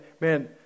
man